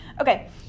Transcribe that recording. Okay